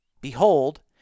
Behold